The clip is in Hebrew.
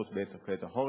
בייחוד בעת החורף.